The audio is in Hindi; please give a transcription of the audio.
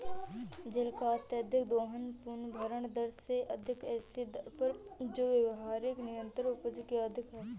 जल का अत्यधिक दोहन पुनर्भरण दर से अधिक ऐसी दर पर जो व्यावहारिक निरंतर उपज से अधिक है